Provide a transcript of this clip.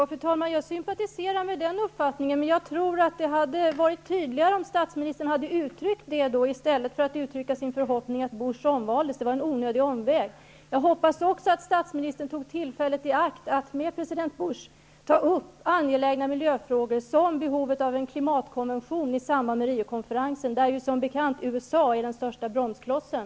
Fru talman! Jag sympatiserar med den uppfattningen. Men jag tror att det hade varit tydligare om statsministern hade uttryckt detta i stället för att uttrycka sin förhoppning om att president Bush omväljs. Det var en onödig omväg. Jag hoppas att statsministern också tog tillfället i akt att med president Bush ta upp angelägna miljöfrågor, t.ex. behovet av en klimatkonvention, i samband med Rio-konferensen. I detta sammanhang är ju som bekant USA den största bromsklossen.